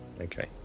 Okay